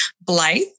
Blythe